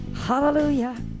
Hallelujah